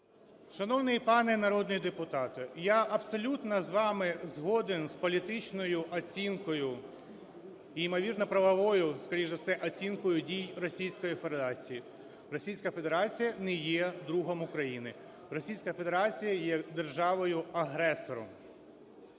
Шановний пане народний депутате, я абсолютно з вами згоден з політичною оцінкою, ймовірно правовою скоріше за все оцінкою дій Російської Федерації. Російська Федерація не є другом України. Російська Федерація є державою-агресором.